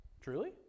Truly